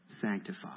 sanctify